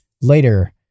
later